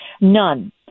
None